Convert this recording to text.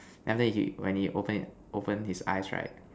then after that he when he open open his eyes right